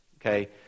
okay